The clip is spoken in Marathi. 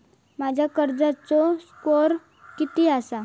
माझ्या कर्जाचो स्कोअर किती आसा?